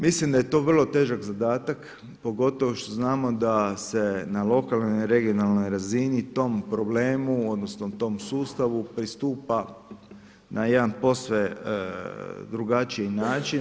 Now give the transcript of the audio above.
Mislim da je to vrlo težak zadatak, pogotovo što znamo da se na lokalnoj i regionalnoj razini tom problemu odnosno tom sustavu pristupa na jedan posve drugačiji način.